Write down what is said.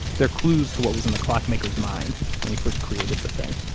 they're clues to what was in the clockmaker's mind when he first created the thing